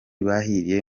bahiriye